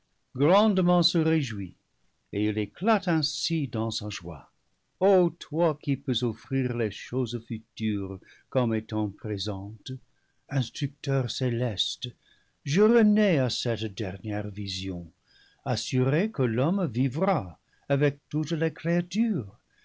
grandement se réjouit et il éclate ainsi dans sa joie o toi qui peux offrir les choses futures comme étant pré sentes instructeur céleste je renais à cette dernière vision assuré que l'homme vivra avec toutes les créatures